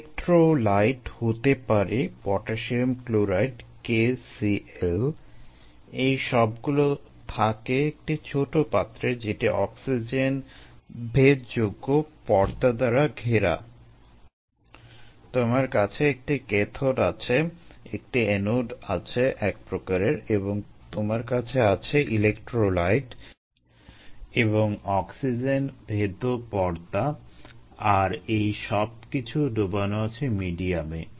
electrolyte হতে পারে potassium chloride KCl এই সবগুলো থাকে একটি ছোট পাত্রে যেটি অক্সিজন ভেদযোগ্য পর্দা দ্বারা ঘেরা তোমার কাছে একটি ক্যাথোড আছে একটি অ্যানোড আছে একপ্রকারের এবং তোমার কাছে আছে ইলেক্ট্রোলাইট এবং অক্সিজেন ভেদ্য পর্দা আর এইসব কিছু ডোবানো আছে মিডিয়ামে